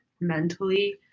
mentally